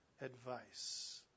advice